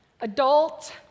adult